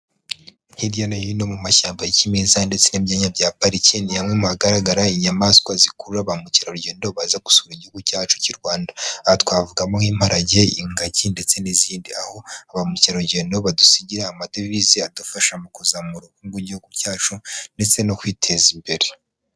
Hirya no hino mu mashyamba ya kimeza, ndetse n'ibyanya bya pariki, ni hamwe mu hagaragara inyamaswa zikurura ba mukerarugendo, baza gusura igihugu cyacu cy'i Rwanda, aha twavugamo nk'imparage, ingagi, ndetse n'izindi, aho ba mukerarugendo badusigira amadevize adufasha mu kuzamura ubukungu bw'igihugu cyacu, ndetse no kwiteza imbere.